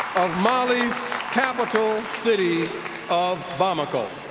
of mali's capital city of bamako.